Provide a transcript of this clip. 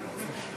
נתקבלו.